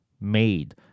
made